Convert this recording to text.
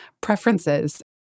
preferences